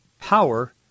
power